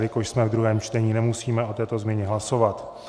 Jelikož jsme v druhém čtení, nemusíme o této změně hlasovat.